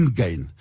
gain